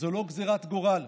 זו לא גזרת גורל.